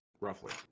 Roughly